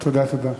תודה, תודה.